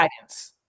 guidance